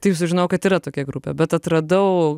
taip sužinojau kad yra tokia grupė bet atradau